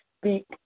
speak